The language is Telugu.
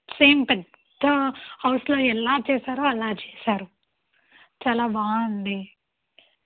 సేమ్ పెద్ద హౌస్లో ఎలా చేశారో అలా చేశారు చాలా బాగుంది